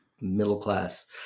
middle-class